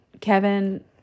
Kevin